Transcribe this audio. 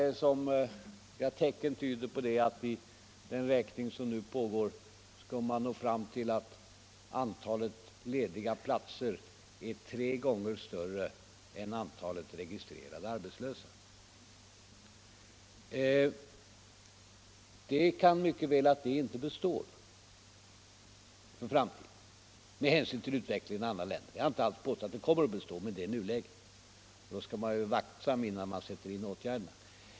Det finns tecken som tyder på att man vid den räkning som nu pågår kommer att finna att antalet lediga platser är tre gånger större än antalet registrerade arbetslösa. Det kan mycket väl hända att det inte består för framtiden med hänsyn till utvecklingen i andra länder. Jag vill inte alls påstå att det kommer att bestå, men det är nuläget. Då skall man vara aktsam med att sätta in åtgärder.